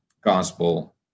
gospel